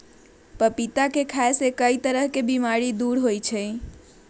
पपीता के खाय से कई तरह के बीमारी दूर होबा हई